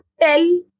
tell